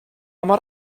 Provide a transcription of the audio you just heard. mor